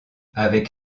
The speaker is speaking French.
avec